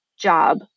job